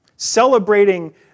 Celebrating